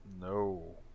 No